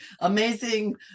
amazing